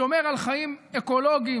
שומר על חיים אקולוגיים,